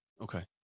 Okay